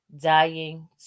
Dying